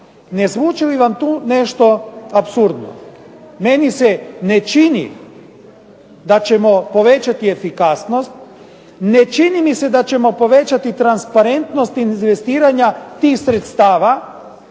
Ne zvuči li vam tu nešto apsurdno? Meni se ne čini da ćemo povećati efikasnost, ne čini mi se da ćemo povećati transparentnost investiranja tih sredstava